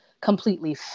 completely